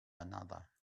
another